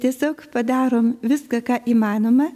tiesiog padarom viską ką įmanoma